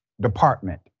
department